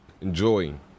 enjoying